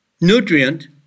Nutrient